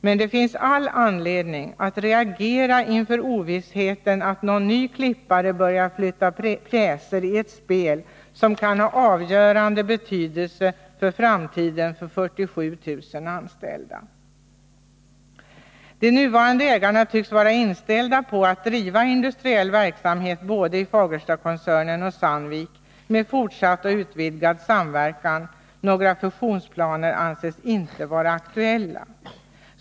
Men det finns all anledning att reagera inför ovissheten att någon ny ”klippare” börjar flytta pjäser i ett spel som kan ha avgörande betydelse för framtiden för 47 000 anställda. De nuvarande ägarna tycks vara inställda på att driva industriell verksamhet både i Fagerstakoncernen och i Sandvik, med fortsatt och utvidgad samverkan. Några fusionsplaner anses dock inte vara aktuella.